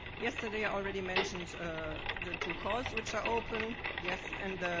yesterday, i already mentioned the two cause which are open. yes. and